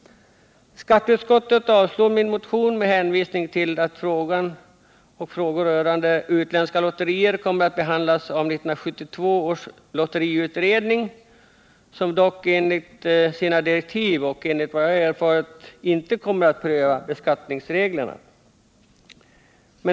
Skatteutskottet avstyrker min motion med hänvisning till att frågor rörande utländska lotterier kommer att behandlas av 1972 års lotteriutredning, som dock, enligt sina direktiv och enligt vad jag erfarit, inte kommer att pröva beskattningsreglerna.